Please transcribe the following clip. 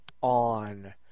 on